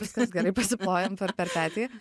viskas gerai pasiplojam per per petį